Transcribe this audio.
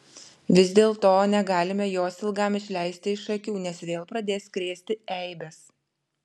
vis dėlto negalime jos ilgam išleisti iš akių nes vėl pradės krėsti eibes